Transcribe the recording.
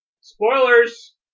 Spoilers